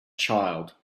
child